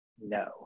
no